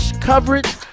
coverage